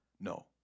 no